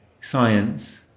science